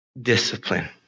Discipline